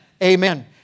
Amen